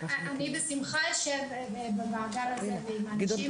בשמחה אשב בוועדה לצורך זה ועם האנשים.